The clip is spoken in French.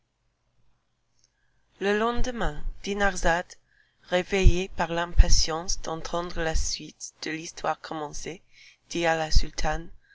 le lendemain dinarzade réveillée par l'impatience d'entendre la suite de l'histoire commencée dit à la sultane